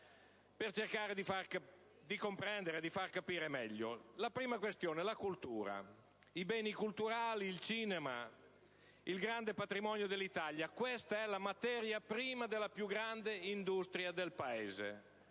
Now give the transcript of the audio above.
per cercare di farle capire meglio. La prima questione riguarda la cultura. I beni culturali, il cinema, il grande patrimonio dell'Italia: questa è la materia prima della più grande industria del Paese.